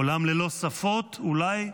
עולם ללא שפות, אולי,